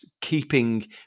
keeping